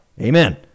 amen